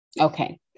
Okay